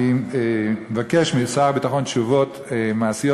אני מבקש משר הביטחון תשובות מעשיות,